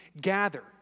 gather